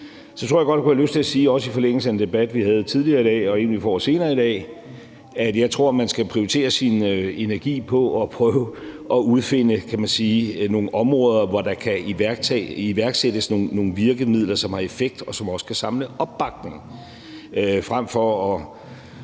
Så kunne jeg godt have lyst til at sige – også i forlængelse af en debat, vi havde tidligere i dag, og en, vi får senere i dag – at jeg tror, man skal prioritere sin energi på at prøve at udfinde nogle områder, hvor der kan iværksættes nogle virkemidler, som har effekt, og som også kan samle opbakning, frem for at